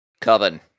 Coven